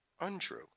Untrue